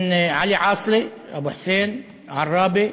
עלי עאסלה אבו חסיין, עראבה,